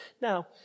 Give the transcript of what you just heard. Now